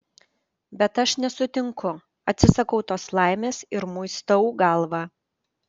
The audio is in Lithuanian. bet aš nesutinku atsisakau tos laimės ir muistau galvą